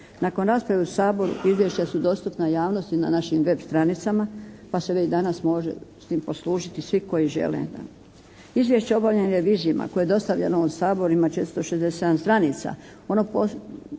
nakon rasprave u Saboru izvješća su dostupna javnosti na našim web stranicama pa se već danas može s tim poslužiti svi koji žele. Izvješća o obavljenim revizijama koje je dostavljeno ovom Saboru ima 467 stranica. Ono sadrži